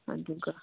ꯑꯗꯨꯒ